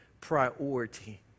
priority